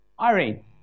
Irene